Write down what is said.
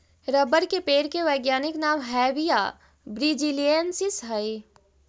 rubber के पेड़ के वैज्ञानिक नाम हैविया ब्रिजीलिएन्सिस हइ